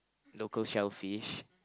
local shellfish